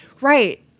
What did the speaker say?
Right